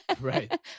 Right